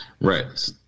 Right